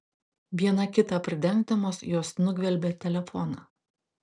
viena kitą pridengdamos jos nugvelbė telefoną